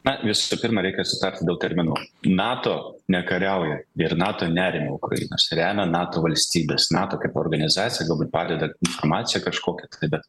na visų tų pirma reikia sutarti dėl terminų nato nekariauja ir nato neremia ukrainos remia nato valstybės nato kaip organizacija galbūt padeda informaciją kažkokią tai bet